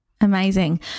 Amazing